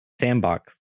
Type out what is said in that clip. sandbox